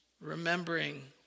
remembering